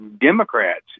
Democrats